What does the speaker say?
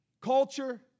culture